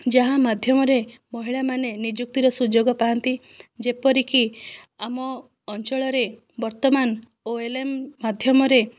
ଯାହା ମାଧ୍ୟମରେ ମହିଳାମାନେ ନିଯୁକ୍ତିର ସୁଯୋଗ ପାଆନ୍ତି ଯେପରିକି ଆମ ଅଞ୍ଚଳରେ ବର୍ତ୍ତମାନ ଓଏଲ୍ଏମ୍ ମାଧ୍ୟମରେ